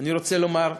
אני רוצה לומר,